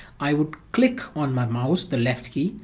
i would click on my mouse, the left key,